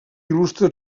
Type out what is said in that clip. il·lustra